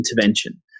intervention